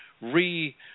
re